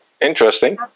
Interesting